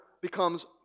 becomes